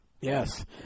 Yes